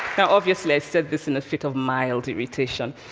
obviously i said this in a fit of mild irritation.